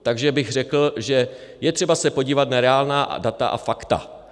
Takže bych řekl, že je třeba se podívat na reálná data a fakta.